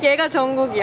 yeah gazonga yeah